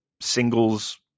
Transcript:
singles